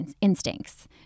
instincts